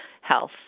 health